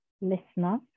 listener